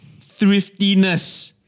thriftiness